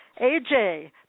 AJ